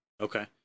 Okay